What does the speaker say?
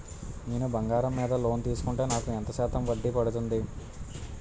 నేను బంగారం మీద లోన్ తీసుకుంటే నాకు ఎంత శాతం వడ్డీ పడుతుంది?